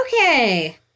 Okay